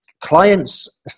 clients